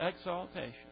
exaltation